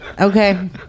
Okay